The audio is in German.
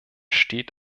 steht